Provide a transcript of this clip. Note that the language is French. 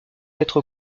être